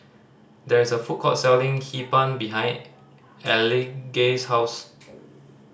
there is a food court selling Hee Pan behind Elige's house